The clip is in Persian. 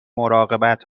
مراقبت